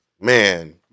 man